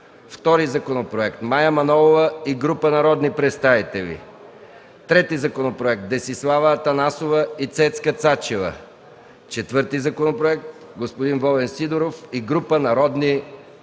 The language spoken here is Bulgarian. втори законопроект – Мая Манолова и група народни представители; трети законопроект – Десислава Атанасова и Цецка Цачева; четвърти законопроект – господин Волен Сидеров и група народни представители.